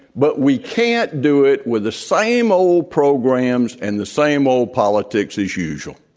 but we can't do it with the same old programs and the same old politics as usual.